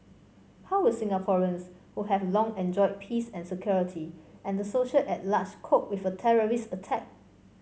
how will Singaporeans who have long enjoyed peace and security and the society at large cope with a terrorist attack